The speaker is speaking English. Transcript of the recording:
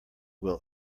will